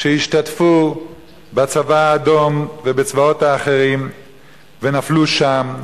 שהשתתפו בצבא האדום ובצבאות האחרים ונפלו שם,